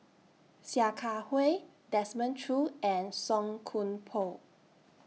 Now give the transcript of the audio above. Sia Kah Hui Desmond Choo and Song Koon Poh